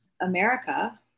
America